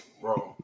Bro